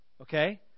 Okay